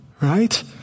right